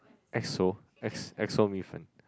X O X X O mee-fen